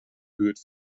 buurt